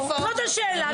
זאת השאלה.